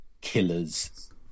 killers